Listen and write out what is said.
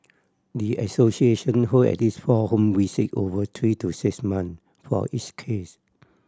the association hold at least four home visit over three to six months for each case